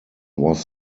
was